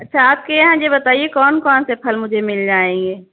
اچھا آپ کے یہاں یہ بتائیے کون کون سے پھل مجھے مل جائیں گے